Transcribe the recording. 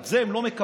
את זה הם לא מקבלים.